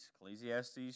Ecclesiastes